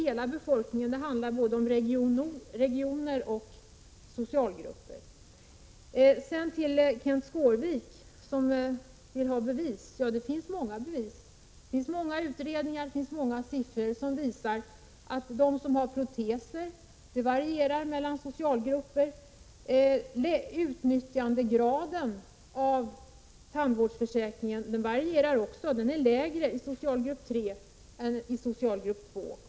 Hela befolkningen, det handlar både om regioner och socialgrupper. Kenth Skårvik vill ha bevis. Det finns många bevis. Det finns många utredningar och siffror som visar att det varierar mellan socialgrupper t.ex. hur många som har proteser. Utnyttjandegraden av tandvårdsförsäkringen varierar också. Den är lägre i socialgrupp 3 än i socialgrupp 2.